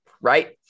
right